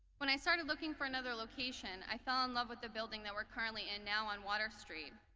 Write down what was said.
when i started looking for another location i fell in love with the building that we're currently in now on water street.